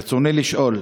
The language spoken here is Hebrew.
ברצוני לשאול: